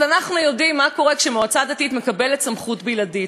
אבל אנחנו יודעים מה קורה כשמועצה דתית מקבלת סמכות בלעדית,